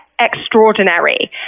extraordinary